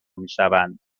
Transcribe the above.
میشوند